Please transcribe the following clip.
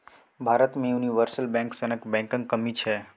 भारत मे universal bank सनक बैंकक कमी छै